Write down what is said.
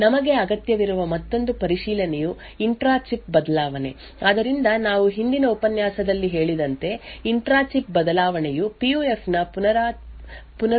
ನಮಗೆ ಅಗತ್ಯವಿರುವ ಮತ್ತೊಂದು ಪರಿಶೀಲನೆಯು ಇಂಟ್ರಾ ಚಿಪ್ ಬದಲಾವಣೆ ಆದ್ದರಿಂದ ನಾವು ಹಿಂದಿನ ಉಪನ್ಯಾಸದಲ್ಲಿ ಹೇಳಿದಂತೆ ಇಂಟ್ರಾ ಚಿಪ್ ಬದಲಾವಣೆಯು ಪಿಯುಎಫ್ ನ ಪುನರುತ್ಪಾದನೆ ಅಥವಾ ದೃಢತೆಯನ್ನು ತೋರಿಸುತ್ತದೆ